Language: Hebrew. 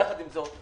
יחד עם זאת,